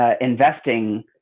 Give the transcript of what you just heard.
investing